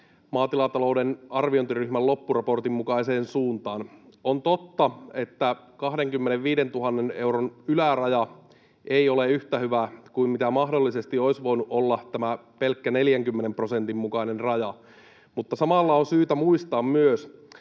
maatilatalouden arviointiryhmän loppuraportin mukaiseen suuntaan. On totta, että 25 000 euron yläraja ei ole yhtä hyvä kuin mahdollisesti olisi voinut olla tämä pelkkä 40 prosentin mukainen raja. Samalla on syytä muistaa myös,